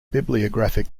bibliographic